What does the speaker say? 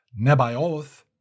Nebaioth